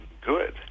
good